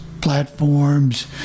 platforms